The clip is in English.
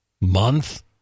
month